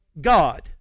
God